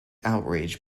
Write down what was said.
outraged